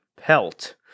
Pelt